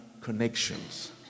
connections